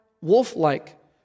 wolf-like